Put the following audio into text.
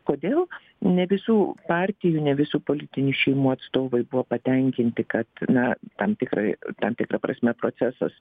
kodėl ne visų partijų ne visų politinių šeimų atstovai buvo patenkinti kad na tam tikrai tam tikra prasme procesas